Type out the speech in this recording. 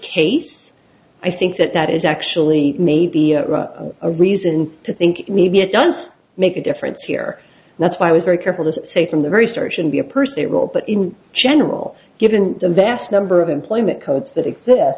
case i think that that is actually may be a reason to think maybe it does make a difference here and that's why i was very careful to say from the very start should be a person a robot in general given the vast number of employment codes that